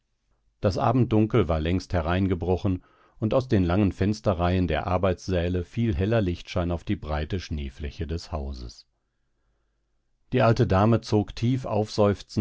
das abenddunkel war längst hereingebrochen und aus den langen fensterreihen der arbeitssäle fiel heller lichtschein auf die breite schneefläche des hofes die alte dame zog tief